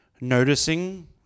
noticing